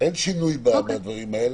אין שינוי בדברים האלה.